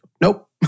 nope